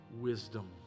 wisdom